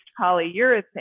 polyurethane